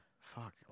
Fuck